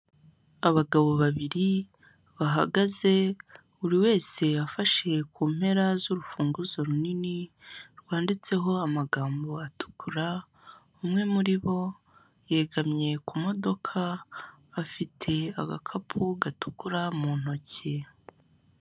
Abagabo babiri bahagaze buri wese afashe ku mpera z'urufunguzo runini rwanditseho amagambo atukura umwe muri bo yegamye ku modoka afite agakapu gatukura mu ntoki.